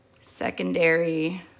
secondary